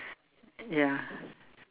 ya